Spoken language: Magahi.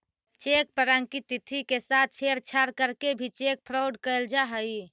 चेक पर अंकित तिथि के साथ छेड़छाड़ करके भी चेक फ्रॉड कैल जा हइ